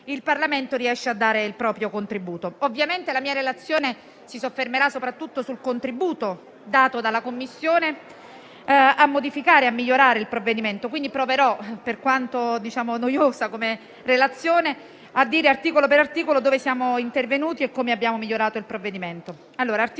il Parlamento riesca a dare il proprio contributo. Ovviamente la mia relazione si soffermerà soprattutto sul contributo dato dalla Commissione nel modificare e migliorare il provvedimento. Quindi proverò, per quanto sia noiosa come relazione, a dire, articolo per articolo, dove siamo intervenuti e come abbiamo migliorato il provvedimento.